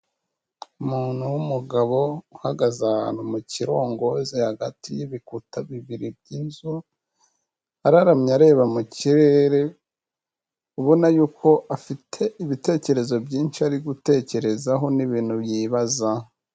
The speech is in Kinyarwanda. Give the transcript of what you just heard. Umuntu w'umugabo uhagaze ahantu mu kirongozi hagati y'ibikuta bibiri by'inzu, araramye areba mu kirere ubona y'uko afite ibitekerezo byinshi ari gutekerezaho n'ibintu yibaza.